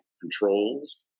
controls